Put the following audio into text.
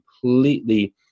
completely